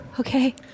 okay